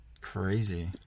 Crazy